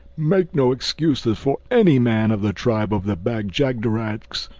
make no excuses for any man of the tribe of the bag-jagderags,